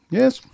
yes